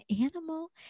animal